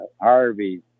Harvey